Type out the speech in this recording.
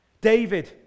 david